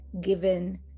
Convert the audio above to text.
given